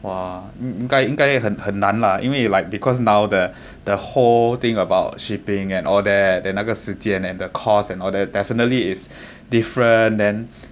!wah! 你应该应该也很很难了因为 like because now the the whole thing about shipping and all that and 那个时间 and the cost and all that definitely is different then